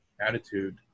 attitude